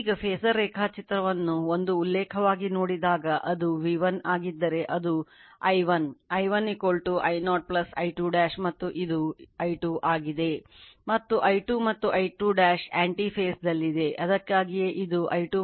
ಈಗ ಫಾಸರ್ ರೇಖಾಚಿತ್ರವನ್ನು ಒಂದು ಉಲ್ಲೇಖವಾಗಿ ನೋಡಿದಾಗ ಇದು V1 ಆಗಿದ್ದರೆ ಅದು I1 I1 I0 I2